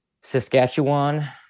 Saskatchewan